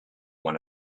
one